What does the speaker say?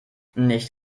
nicht